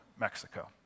Mexico